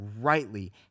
rightly